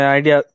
idea